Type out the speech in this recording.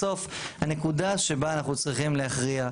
בסוף הנקודה שבה אנחנו צריכים להכריע,